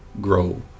grow